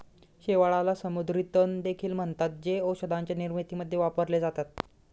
शेवाळाला समुद्री तण देखील म्हणतात, जे औषधांच्या निर्मितीमध्ये वापरले जातात